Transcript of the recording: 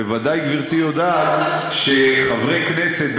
בוודאי גברתי יודעת שחברי כנסת,